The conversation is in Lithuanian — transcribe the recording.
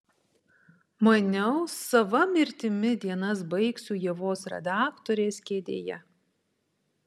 maniau sava mirtimi dienas baigsiu ievos redaktorės kėdėje